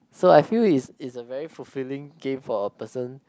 so I feel is is a very fulfilling game for a person